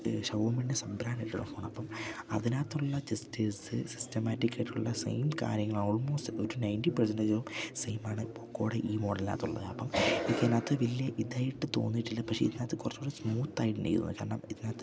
ഷവമിൻ്റെ സബ്ബ്രാൻഡായിട്ടുള്ള ഫോണപ്പം അതിനാത്തുള്ള ജെസ്റ്റേഴസ് സിസ്റ്റമാറ്റിക് ആയിട്ടുള്ള സെയിം കാര്യങ്ങള ഓൾമോസ്റ്റ് ഒരു നയൻറ്ററി പെർസെൻറ്റേജോ സെയിമാണ് പൊക്കോടെ ഈ മോഡലിനാത്തുള്ളത്പ്പം ഇക്ക്തിനകത്ത് വല്യ ഇതായിട്ട് തോന്നിട്ടില്ല പക്ഷെ ഇതിനകത്ത് കൊറച്ചൂടെ സ്മൂത്തായിട്ടെനിക്ക് തോന്നി കാരണം ഇതിനകത്ത്